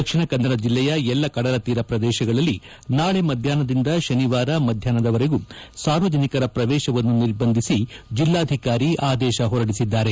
ದಕ್ಷಿಣ ಕನ್ನಡ ಜಿಲ್ಲೆಯ ಎಲ್ಲಾ ಕಡಲ ತೀರ ಪ್ರದೇಶಗಳಲ್ಲಿ ನಾಳಿ ಮಧ್ಯಾಹ್ನದಿಂದ ಶನಿವಾರ ಮಧ್ಯಾಹ್ನದವರೆಗೂ ಸಾರ್ವಜನಿಕರ ಪ್ರವೇಶವನ್ನು ನಿರ್ಬಂಧಿಸಿ ಜಿಲ್ಲಾಧಿಕಾರಿ ಆದೇಶ ಹೊರಡಿಸಿದ್ದಾರೆ